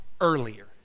earlier